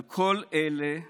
על כל אלה אני,